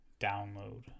download